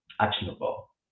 actionable